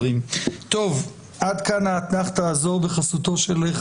מה העמדה העדכנית של הממשלה בחזרה לניסוי הזה.